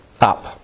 up